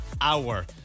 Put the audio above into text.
hour